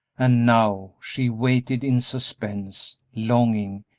and now she waited in suspense, longing,